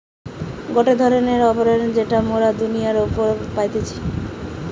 গটে ধরণের আবরণ যেটা মোরা দুনিয়ার উপরে পাইতেছি